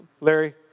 Larry